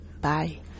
Bye